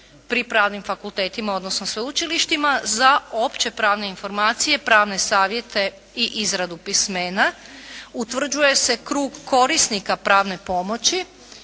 pri pravnim fakultetima odnosno sveučilištima za opće pravne informacije, pravne savjete i izradu pismena, utvrđuje se krug korisnika pravne pomoći